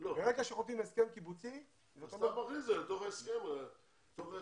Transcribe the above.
ברגע שחותמים הסכם קיבוצי --- אז אתה מכניס את זה לתוך ההסכם עצמו.